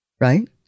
right